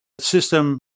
system